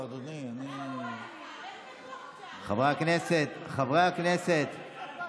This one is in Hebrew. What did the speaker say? חברי הכנסת, חברי הכנסת.